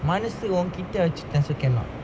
மனசு உன்கிட்ட வெச்சுட்ட:manasu unkitta vechutta so cannot